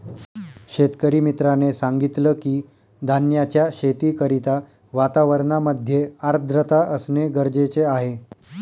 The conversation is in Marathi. शेतकरी मित्राने सांगितलं की, धान्याच्या शेती करिता वातावरणामध्ये आर्द्रता असणे गरजेचे आहे